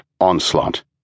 onslaught